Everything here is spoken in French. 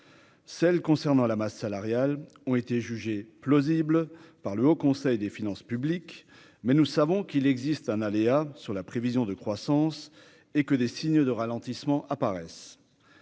celle concernant la masse salariale ont été jugé plausible par le Haut Conseil des finances publiques, mais nous savons qu'il existe un aléa sur la prévision de croissance et que des signes de ralentissement apparaissent